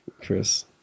Chris